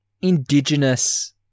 indigenous